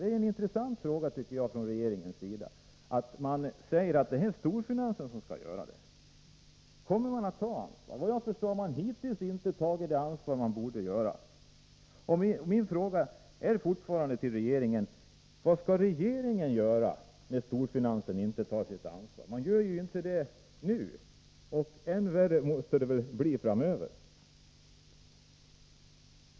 Det är en intressant fråga, tycker jag. Från regeringens sida sägs att det är storfinansen som skall ta ansvaret. Såvitt jag förstår har man hittills inte tagit det ansvar som man borde ta. Min fråga till regeringen är fortfarande: Vad skall regeringen göra när storfinansen inte tar sitt ansvar? Man gör det ju inte nu, och ännu värre måste det väl bli framöver.